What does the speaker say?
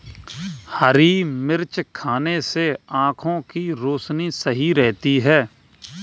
हरी मिर्च खाने से आँखों की रोशनी सही रहती है